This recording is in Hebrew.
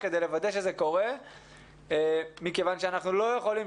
כדי לוודא שזה קורה מכיוון שאנחנו לא יכולים